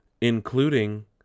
Including